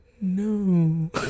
No